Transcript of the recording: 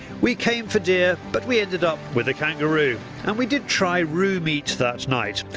we came for deer but we ended up with a kangaroo and we did try roo meat that night.